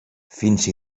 fins